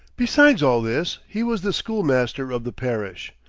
besides all this, he was the schoolmaster of the parish.